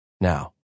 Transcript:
now